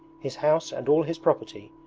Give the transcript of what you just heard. his house and all his property,